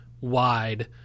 wide